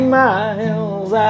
miles